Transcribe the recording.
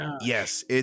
Yes